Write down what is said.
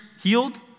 healed